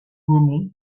gaumont